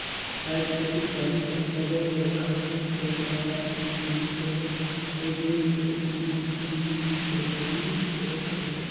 आएज पसुपालन हर अब्बड़ बड़खा बयपार होए गइस अहे अउ देस हर एम्हां दिन दिन परगति करत अहे